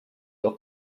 your